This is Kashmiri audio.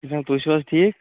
تُہۍ چھِو حظ ٹھیٖک